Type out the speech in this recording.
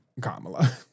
Kamala